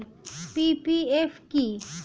PPF কি?